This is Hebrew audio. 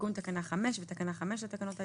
תיקון תקנה 5 בתקנה 5 לתקנות העיקריות,